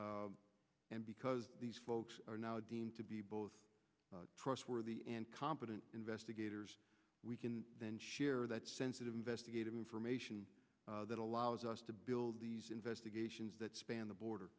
and because these folks are now deemed to be both trustworthy and competent investigators we can then share that sensitive investigative information that allows us to build these investigations that span the border